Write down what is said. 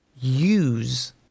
use